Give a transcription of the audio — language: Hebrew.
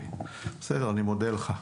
בסדר, אני מודה לך.